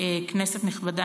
אדוני היושב-ראש, כנסת נכבדה,